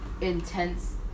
intense